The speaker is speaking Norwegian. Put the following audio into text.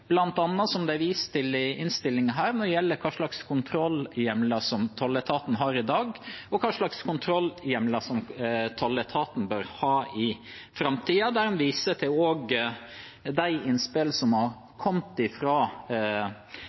som det er vist til i innstillingen, hva slags kontrollhjemler tolletaten har i dag, og hva slags kontrollhjemler tolletaten bør ha i framtiden. Der viser en også til de innspillene som er kommet